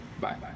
Bye